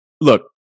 look